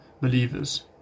believers